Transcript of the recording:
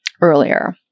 earlier